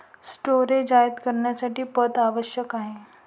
storage आयात करण्यासाठी पथ आवश्यक आहे